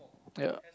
ya